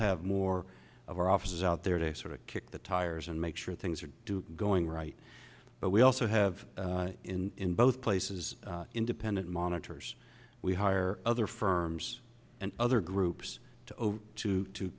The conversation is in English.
have more of our officers out there to sort of kick the tires and make sure things are going right but we also have in both places independent monitors we hire other firms and other groups to to